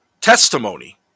testimony